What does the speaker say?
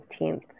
15th